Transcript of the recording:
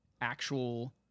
actual